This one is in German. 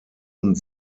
und